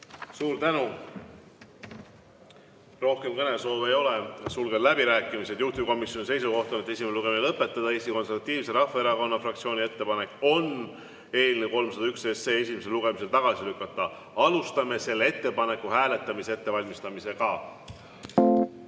Suur tänu! Rohkem kõnesoove ei ole, sulgen läbirääkimised. Juhtivkomisjoni seisukoht on, et esimene lugemine tuleb lõpetada. Eesti Konservatiivse Rahvaerakonna fraktsiooni ettepanek on eelnõu 301 esimesel lugemisel tagasi lükata. Alustame selle ettepaneku hääletamise ettevalmistamist. Head